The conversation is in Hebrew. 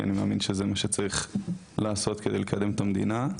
כי זה מה שאני מאמין שאני צריך לעשות כדי לקדם את המדינה.